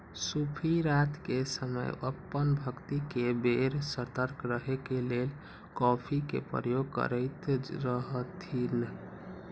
सूफी रात के समय अप्पन भक्ति के बेर सतर्क रहे के लेल कॉफ़ी के प्रयोग करैत रहथिन्ह